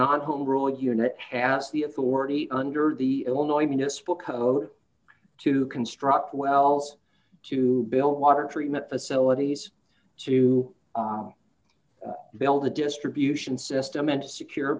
non home rule unit has the authority under the illinois municipal code to construct wells to build water treatment facilities to build a distribution system and secure